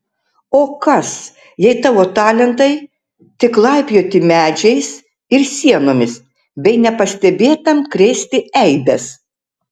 o kas jei tavo talentai tik laipioti medžiais ir sienomis bei nepastebėtam krėsti eibes